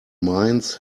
mines